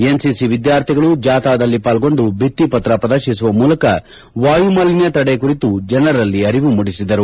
NCC ವಿದ್ಯಾರ್ಥಿಗಳು ಜಾಥಾದಲ್ಲಿ ಪಾಲ್ಗೊಂಡು ಭಿತ್ತಿಪತ್ರ ಪ್ರದರ್ಶಿಸುವ ಮೂಲಕ ವಾಯುಮಾಲಿನ್ಯ ತಡೆ ಕುರಿತು ಜನರಲ್ಲಿ ಅರಿವು ಮೂಡಿಸಿದರು